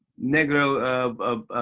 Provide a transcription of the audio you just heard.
negro, um ah,